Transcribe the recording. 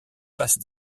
passe